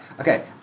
Okay